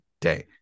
day